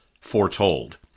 foretold